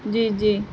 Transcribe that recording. جی جی